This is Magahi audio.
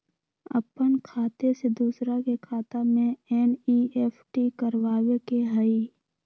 अपन खाते से दूसरा के खाता में एन.ई.एफ.टी करवावे के हई?